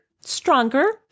stronger